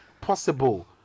possible